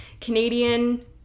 Canadian